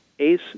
ACE